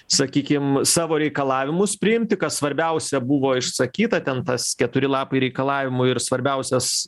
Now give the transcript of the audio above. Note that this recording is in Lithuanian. sakykim savo reikalavimus priimti kas svarbiausia buvo išsakyta ten tas keturi lapai reikalavimų ir svarbiausias